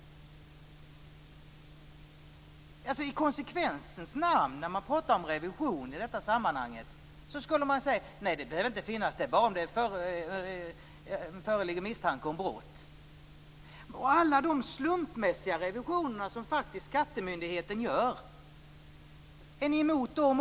I konsekvensens namn skulle man säga att revision i detta sammanhang inte behövs annat än om det föreligger misstanke om brott. Är ni helt plötsligt också emot alla de slumpmässiga revisioner som skattemyndigheten gör?